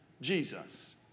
Jesus